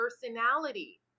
personality